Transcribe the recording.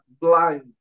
blind